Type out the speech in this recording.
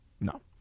No